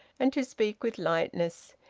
and to speak with lightness,